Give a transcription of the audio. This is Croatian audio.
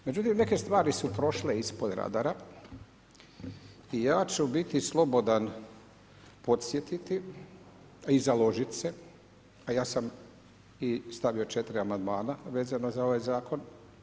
Međutim, neke stvari su prošle ispod radara i ja ću biti slobodan podsjetiti i založiti se, a ja sam i stavio 4 amandmana vezano za ovaj Zakon.